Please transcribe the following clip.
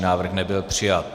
Návrh nebyl přijat.